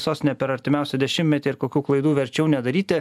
sostinė per artimiausią dešimtmetį ir kokių klaidų verčiau nedaryti